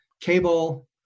cable